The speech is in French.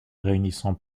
réunissant